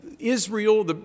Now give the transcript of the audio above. Israel